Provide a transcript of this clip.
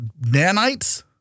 nanites